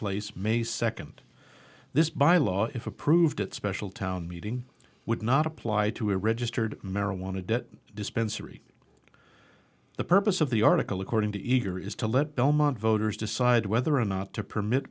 place may second this by law if approved at special town meeting would not apply to a registered marijuana that dispensary the purpose of the article according to eagar is to let belmont voters decide whether or not to permit